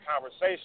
conversation